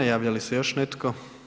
Javlja li se još netko?